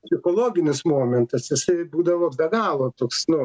psichologinis momentas jisai būdavo be galo toks nu